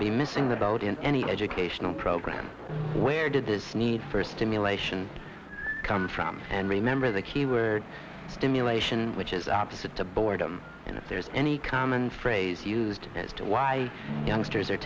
to be missing about in any educational program where did this need for stimulation come from and remember the key were stimulation which is opposite to boredom and if there's any common phrase used as to why youngsters are